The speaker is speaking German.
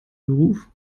beruf